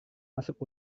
masuk